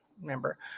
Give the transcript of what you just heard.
remember